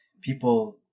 people